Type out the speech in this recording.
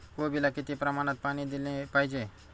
कोबीला किती प्रमाणात पाणी दिले पाहिजे?